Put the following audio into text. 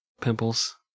pimples